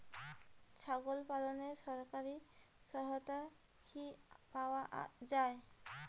ছাগল পালনে সরকারি সহায়তা কি পাওয়া যায়?